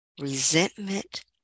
resentment